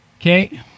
Okay